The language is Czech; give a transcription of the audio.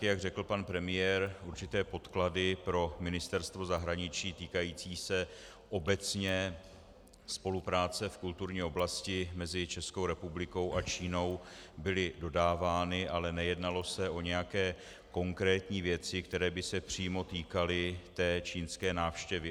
Jak řekl pan premiér, určité podklady pro Ministerstvo zahraničí týkající se obecně spolupráce v kulturní oblasti mezi Českou republikou a Čínou byly dodávány, ale nejednalo se o některé konkrétní věci, které by se přímo týkaly čínské návštěvy.